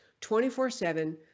24/7